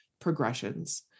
Progressions